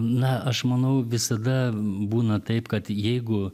na aš manau visada būna taip kad jeigu